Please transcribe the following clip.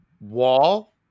wall